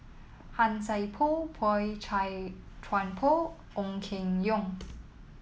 Han Sai Por Boey Chuan Poh Ong Keng Yong